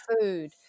food